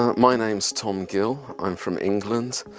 um my name is tom gill, i'm from england.